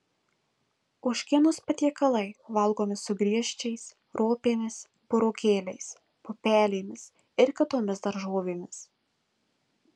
ožkienos patiekalai valgomi su griežčiais ropėmis burokėliais pupelėmis ir kitomis daržovėmis